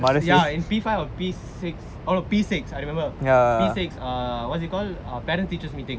ya in P five or P six or P six oh I remember P six uh what do you call um parent teachers meeting